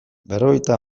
berrogeita